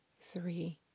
three